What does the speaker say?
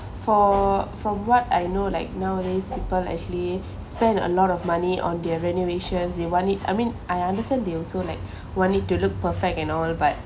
for from what I know like nowadays people actually spend a lot of money on their renovations they want it I mean I understand they also like want it to look perfect and all but